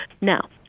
Now